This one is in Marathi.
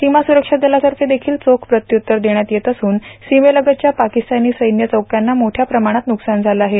सीमा सुरक्षा दलातर्फे देखील चोख प्रत्युत्तर देण्यात येत असून सीमेलगतच्या पाकिस्तानी सैन्य चौक्यांना मोठ्या प्रमाणात न्रुकसान झालं आहे